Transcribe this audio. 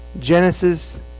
Genesis